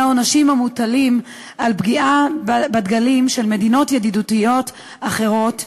העונשים המוטלים על פגיעה בדגלים של מדינות ידידותיות אחרות,